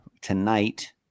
tonight